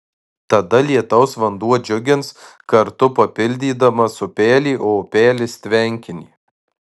tada lietaus vanduo džiugins kartu papildydamas upelį o upelis tvenkinį